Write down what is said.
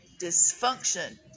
dysfunction